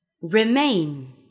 remain